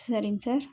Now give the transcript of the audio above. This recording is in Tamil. சரிங்க சார்